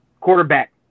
Quarterback